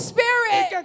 Spirit